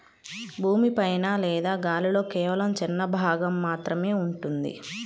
భూమి పైన లేదా గాలిలో కేవలం చిన్న భాగం మాత్రమే ఉంటుంది